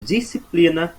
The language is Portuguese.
disciplina